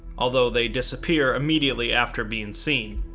although they disappear immediately after being seen.